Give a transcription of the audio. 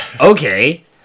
Okay